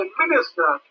minister